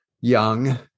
young